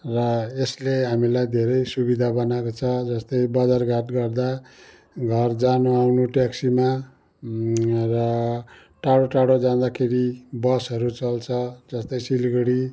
र यसले हामीलाई धेरै सुविधा बनाएको छ जस्तै बजारहाट गर्दा घर जानु आउनु ट्याक्सीमा र टाडो टाडो जाँदाखेरि बसहरू चल्छ जस्तै सिलगढी